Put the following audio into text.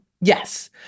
yes